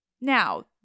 Now